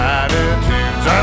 attitudes